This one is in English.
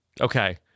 Okay